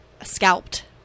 scalped